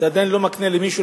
זה עדיין לא מקנה למישהו,